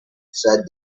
said